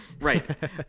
Right